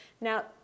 Now